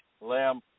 Lamb